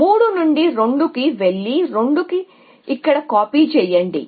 కాబట్టి 3 నుండి 2 కి వెళ్లి 2 ఇక్కడ కాపీ చేయండి